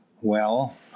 Well